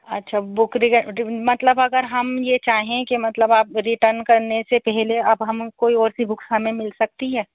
اچھا بک ر مطلب اگر ہم یہ چاہیں کہ مطلب آپ ریٹرن کرنے سے پہلے اب ہم کوئی اور سی بکس ہمیں مل سکتی ہے